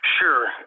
Sure